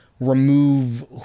remove